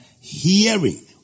hearing